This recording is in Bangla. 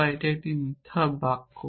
বা এটি একটি মিথ্যা বাক্য